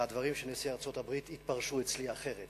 הדברים של נשיא ארצות-הברית התפרשו אצלי אחרת